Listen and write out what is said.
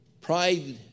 pride